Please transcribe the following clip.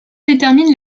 détermine